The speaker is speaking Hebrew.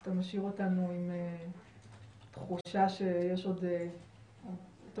אתה משאיר אותנו עם תחושה שיש עוד טוב,